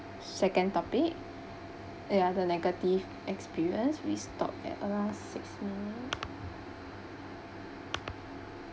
second topic ya the negative experience we stop at around six minute